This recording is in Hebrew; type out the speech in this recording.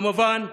כמובן,